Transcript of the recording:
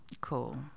Cool